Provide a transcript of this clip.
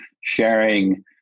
sharing